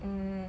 mm